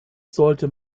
sollte